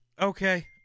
Okay